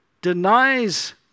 denies